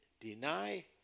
deny